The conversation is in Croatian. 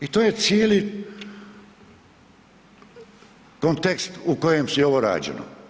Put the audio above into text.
I to je cijeli kontekst u kojem je ovo rađeno.